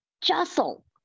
jostle